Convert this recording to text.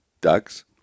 ducks